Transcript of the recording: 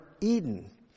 Eden